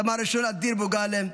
סמ"ר אדיר בוגלה,